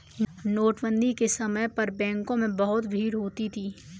नोटबंदी के समय पर बैंकों में बहुत भीड़ होती थी